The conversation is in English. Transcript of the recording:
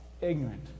ignorant